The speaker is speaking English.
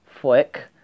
flick